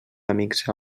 amics